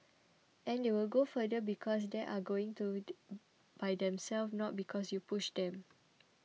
and they will go further because they are going to by themselves not because you pushed them